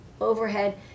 overhead